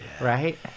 right